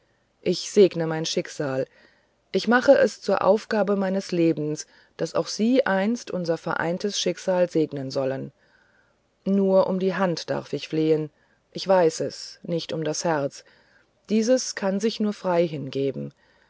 ich segne mein schicksal ich mache es zur aufgabe meines lebens daß auch sie einst unser vereintes schicksal segnen sollen nur um die hand darf ich flehen ich weiß es nicht um das herz dieses kann sich nur frei hingeben